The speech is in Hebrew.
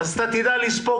אתה תדע לספוג